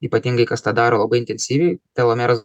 ypatingai kas tą daro labai intensyviai telomeras